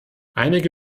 einige